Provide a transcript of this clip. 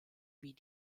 wie